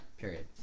period